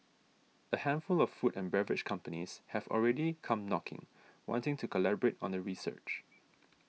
a handful of food and beverage companies have already come knocking wanting to collaborate on the research